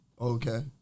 Okay